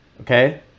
okay